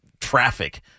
traffic